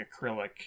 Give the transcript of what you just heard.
acrylic